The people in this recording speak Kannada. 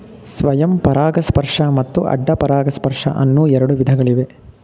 ಸ್ವಯಂ ಪರಾಗಸ್ಪರ್ಶ ಮತ್ತು ಅಡ್ಡ ಪರಾಗಸ್ಪರ್ಶ ಅನ್ನೂ ಎರಡು ವಿಧಗಳಿವೆ